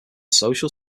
social